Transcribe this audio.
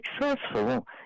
successful